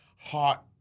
hot